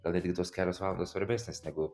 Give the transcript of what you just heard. gal netgi tos kelios valandos svarbesnės negu